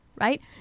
right